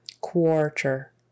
Quarter